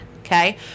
okay